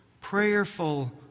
prayerful